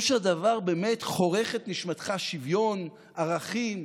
או שהדבר באמת חורך את נשמתך, שוויון, ערכים,